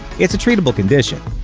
it's a treatable condition.